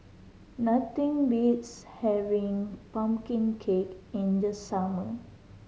nothing beats having pumpkin cake in the summer